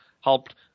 helped